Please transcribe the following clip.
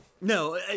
no